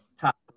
top